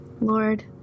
Lord